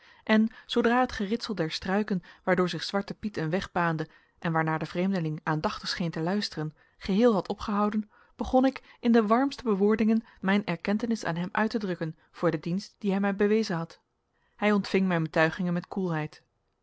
en zoodra het geritsel der struiken waardoor zich zwarte piet een weg baande en waarnaar de vreemdeling aandachtig scheen te luisteren geheel had opgehouden begon ik in de warmste bewoordingen mijn erkentenis aan hem uit te drukken voor den dienst dien hij mij bewezen had hij ontving mijn betuigingen met